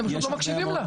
אתם פשוט לא מקשיבים לה.